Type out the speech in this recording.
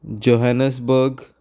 Johannesburg